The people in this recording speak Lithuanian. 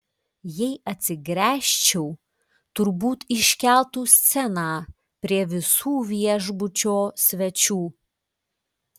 jei atsigręžčiau turbūt iškeltų sceną prie visų viešbučio svečių